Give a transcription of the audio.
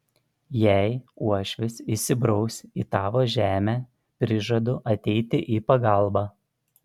jei uošvis įsibraus į tavo žemę prižadu ateiti į pagalbą